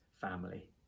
family